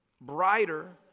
brighter